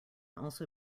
also